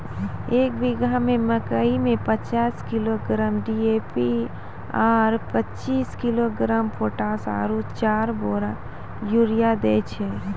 एक बीघा मे मकई मे पचास किलोग्राम डी.ए.पी आरु पचीस किलोग्राम पोटास आरु चार बोरा यूरिया दैय छैय?